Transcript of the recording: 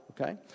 Okay